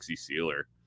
sealer